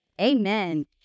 amen